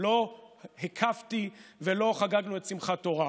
לא הקפתי ולא חגגנו את שמחת תורה.